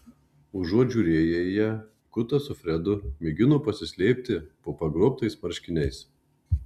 užuot žiūrėję į ją kutas su fredu mėgino pasislėpti po pagrobtais marškiniais